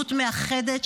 מנהיגות מאחדת,